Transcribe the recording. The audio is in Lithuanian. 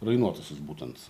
rainuotasis būtent